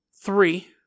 Three